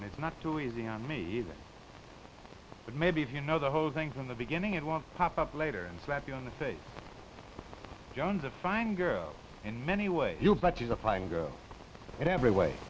and it's not too easy on me either but maybe if you know the whole thing from the beginning it won't pop up later and slap you in the face joan's a fine girl in many ways but she's a fine girl in every way